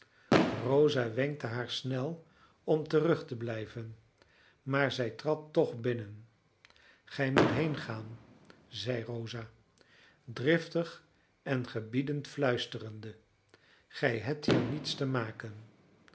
rosa wenkte haar snel om terug te blijven maar zij trad toch binnen gij moet heengaan zei rosa driftig en gebiedend fluisterende gij hebt hier niets te maken